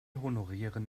honorieren